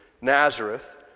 Nazareth